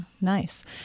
Nice